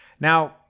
Now